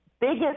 biggest